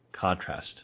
contrast